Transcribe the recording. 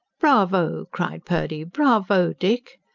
bravo! cried purdy. bravo, dick!